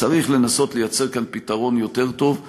צריך לנסות לייצר כאן פתרון יותר טוב.